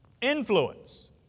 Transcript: Influence